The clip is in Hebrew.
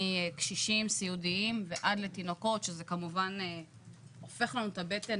מקשישים סיעודיים ועד לתינוקות שזה כמובן הופך לנו את הבטן